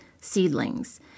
seedlings